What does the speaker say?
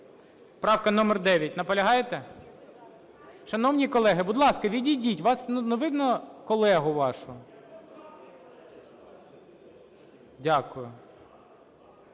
правка номер 9. Наполягаєте? Шановні колеги, будь ласка, відійдіть, вас... не видно колегу вашого. Дякую.